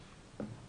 חברים.